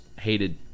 hated